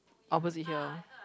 opposite here